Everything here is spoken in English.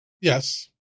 Yes